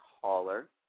caller